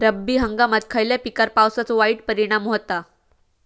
रब्बी हंगामात खयल्या पिकार पावसाचो वाईट परिणाम होता?